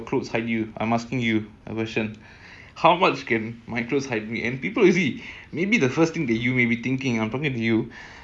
yes of course I'm not asking you to go walk walk naked in orchard road today you'll get a என்ன:enna I'm not asking that but what I'm trying to say is